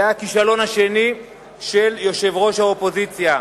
זה הכישלון השני של יושבת-ראש האופוזיציה.